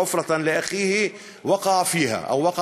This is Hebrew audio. בערבית: מי שחופר בור לאחיו ייפול לתוכו.)